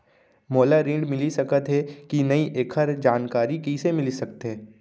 मोला ऋण मिलिस सकत हे कि नई एखर जानकारी कइसे मिलिस सकत हे?